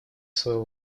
своего